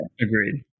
Agreed